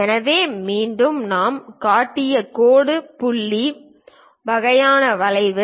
எனவே மீண்டும் நாம் காட்டிய கோடு புள்ளி வகையான வளைவு